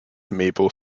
maple